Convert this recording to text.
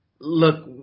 look